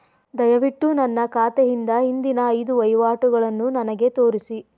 ದಯವಿಟ್ಟು ನನ್ನ ಖಾತೆಯಿಂದ ಹಿಂದಿನ ಐದು ವಹಿವಾಟುಗಳನ್ನು ನನಗೆ ತೋರಿಸಿ